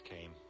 came